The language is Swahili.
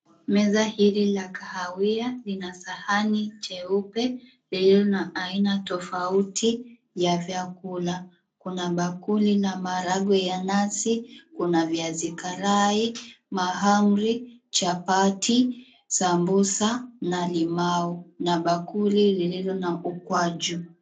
Meza hii la kahawia lina sahani cheupe lililo na aina tofauti ya vyakula. Kuna bakuli na maragwe ya nazi, kuna viazi kalai, mahamri, chapati, sambusa na limao, na bakuli lililo na ukwaju.